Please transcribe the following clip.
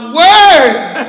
words